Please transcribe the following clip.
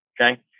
okay